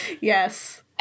yes